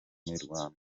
mirwano